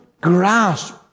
grasp